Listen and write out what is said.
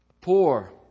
poor